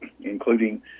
including